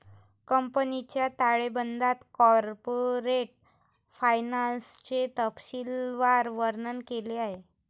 कंपनीच्या ताळेबंदात कॉर्पोरेट फायनान्सचे तपशीलवार वर्णन केले आहे